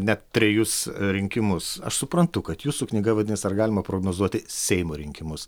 net trejus rinkimus aš suprantu kad jūsų knyga vadinasi ar galima prognozuoti seimo rinkimus